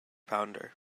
pounder